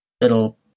little